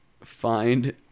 find